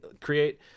create